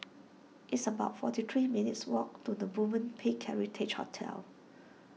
it's about forty three minutes' walk to the Movenpick Heritage Hotel